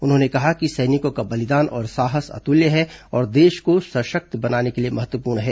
उन्होंने कहा कि सैनिकों का बलिदान और साहस अतुल्य है और देश को सशक्त बनाने के लिए महत्वपूर्ण है